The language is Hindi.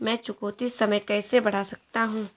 मैं चुकौती समय कैसे बढ़ा सकता हूं?